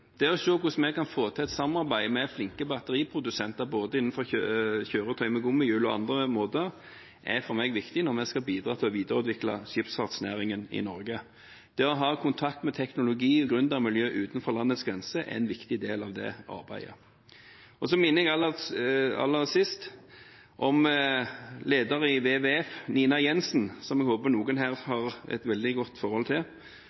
Det å se hvordan vi kan få til et samarbeid med flinke batteriprodusenter både innenfor kjøretøy med gummihjul og på andre måter, er for meg viktig når vi skal bidra til å videreutvikle skipsfartsnæringen i Norge. Det å ha kontakt med teknologi- og gründermiljøer utenfor landets grenser er en viktig del av det arbeidet. Så minner jeg aller sist om at leder i WWF, Nina Jensen, som jeg håper noen her har et veldig godt forhold til,